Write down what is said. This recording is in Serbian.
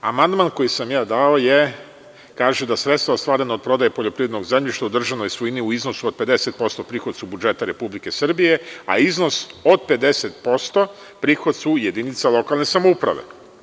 Amandman koji sam ja dao kaže da sredstva ostvarena od prodaje poljoprivrednog zemljišta u državnoj svojini u iznosu od 50% prihod su budžeta Republike Srbije, a iznos od 50% prihod su jedinica lokalne samouprave.